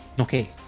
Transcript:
Okay